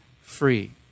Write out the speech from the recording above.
free